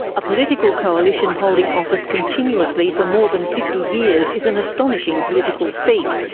a political coalition holding office continuously for more than fifty years is an astonishing political feat,